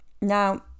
Now